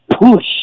push